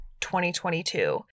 2022